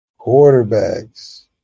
quarterbacks